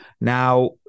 Now